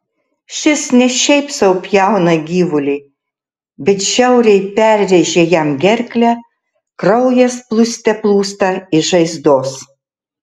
šis ne šiaip sau pjauna gyvulį bet žiauriai perrėžia jam gerklę kraujas plūste plūsta iš žaizdos